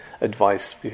advice